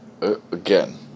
again